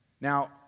Now